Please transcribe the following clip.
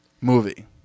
movie